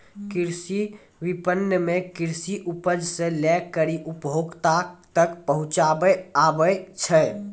कृषि विपणन मे कृषि उपज से लै करी उपभोक्ता तक पहुचाबै आबै छै